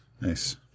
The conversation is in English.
Nice